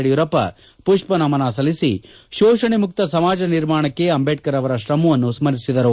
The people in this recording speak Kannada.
ಯಡಿಯೂರಪ್ಪ ಪುಪ್ಪನಮನ ಸಲ್ಲಿಸಿ ಶೋಷಣೆಮುಕ್ತ ಸಮಾಜ ನಿರ್ಮಾಣಕ್ಕೆ ಅಂಬೇಡ್ತರ್ ಅವರ ಶ್ರಮವನ್ನು ಸ್ಪರಿಸಿದರು